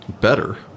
better